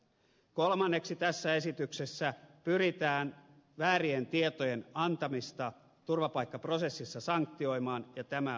kolmanneksi tässä esityksessä pyritään väärien tietojen antamista turvapaikkaprosessissa sanktioimaan ja tämä on hyvä